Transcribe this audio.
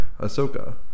Ahsoka